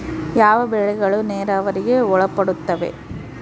ಯಾವ ಬೆಳೆಗಳು ನೇರಾವರಿಗೆ ಒಳಪಡುತ್ತವೆ?